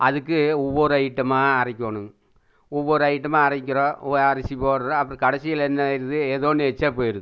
அதுக்கு ஒவ்வொரு ஐட்டமாக அரைக்கணும்ங் ஒவ்வொரு ஐட்டமாக அரைக்கிறோம் அரிசி போடுறோம் அப்றம் கடைசீல என்ன ஆகிடுது ஏதோ ஒன்று எக்ஸ்டா போய்டுது